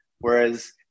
Whereas